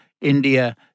India